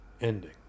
ending